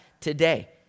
today